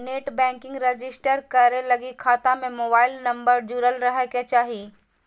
net banking register करे लगी खता में मोबाईल न जुरल रहइ के चाही